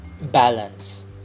balance